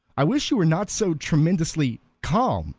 i wish you were not so tremendously calm,